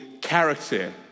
character